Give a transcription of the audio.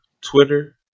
Twitter